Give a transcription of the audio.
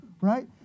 right